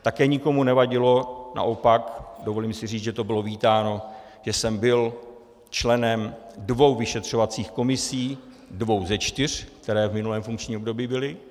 Také nikomu nevadilo, naopak, dovolím si říct, že to bylo vítáno, že jsem byl členem dvou vyšetřovacích komisí, dvou ze čtyř, které v minulém funkčním období byly.